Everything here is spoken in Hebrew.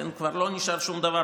כבר לא נשאר שום דבר